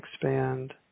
expand